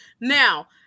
now